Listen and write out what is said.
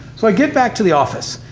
so i get back to the office,